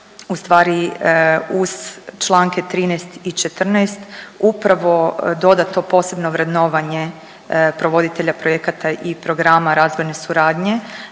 ustvari uz čl. 13. i 14. upravo doda to posebno vrednovanje provoditelja projekata i programa razvojne suradnje